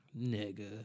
nigga